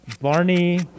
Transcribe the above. Barney